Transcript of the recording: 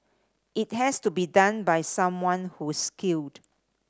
it has to be done by someone who's skilled